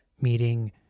meeting